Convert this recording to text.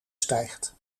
stijgt